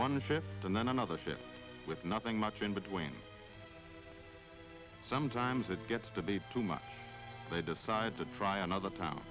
one ship and then another ship with nothing much in between sometimes it gets to be too much they decide to try another town